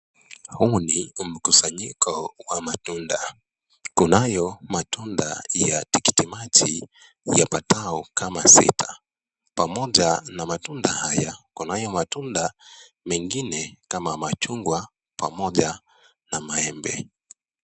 Huu ni mkusanyiko wa matunda. Kunayo matunda ya tikiti maji yapatao kama sita, pamoja na matunda haya kunayo matunda mengine kama machungwa pamoja na maembe.